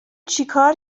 چیکار